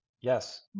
Yes